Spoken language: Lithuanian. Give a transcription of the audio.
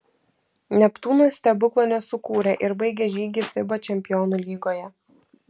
neptūnas stebuklo nesukūrė ir baigė žygį fiba čempionų lygoje